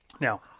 Now